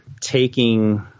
taking